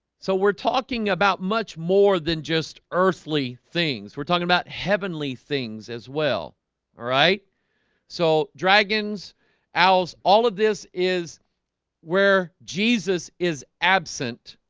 so we're talking about much more than just earthly things. we're talking about heavenly things as well alright so dragons owls all of this is where jesus is absent?